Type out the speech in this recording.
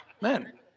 Man